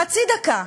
חצי דקה,